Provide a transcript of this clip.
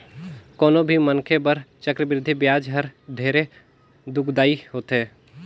कोनो भी मनखे बर चक्रबृद्धि बियाज हर ढेरे दुखदाई होथे